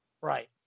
Right